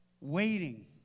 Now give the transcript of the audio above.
Waiting